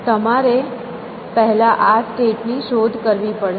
તમારે પહેલા સ્ટેટ ની શોધ કરવી પડશે